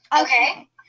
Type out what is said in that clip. Okay